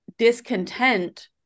discontent